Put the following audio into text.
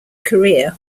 career